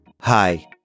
Hi